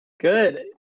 good